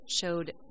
showed